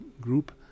Group